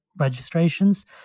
registrations